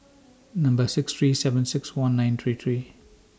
six three seven six one nine three three